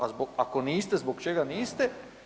Ako niste, zbog čega niste?